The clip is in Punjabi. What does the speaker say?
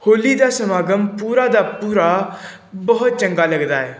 ਹੋਲੀ ਦਾ ਸਮਾਗਮ ਪੂਰਾ ਦਾ ਪੂਰਾ ਬਹੁਤ ਚੰਗਾ ਲੱਗਦਾ ਹੈ